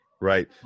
right